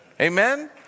amen